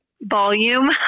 volume